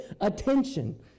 attention